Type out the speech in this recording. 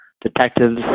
detectives